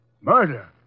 Murder